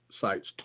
sites